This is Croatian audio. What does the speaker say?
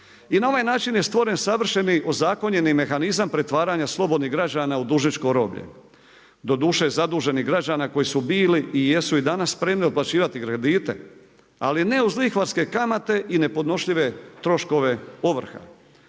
I na ovaj način je stvoreni savršeni ozakonjeni mehanizam pretvaranja slobodnih građana u dužničko roblje. Doduše zaduženih građana koji su bili i jesu i danas spremni otplaćivati kredite, ali ne uz lihvarske kamate i ne podnošljive troškove ovrha.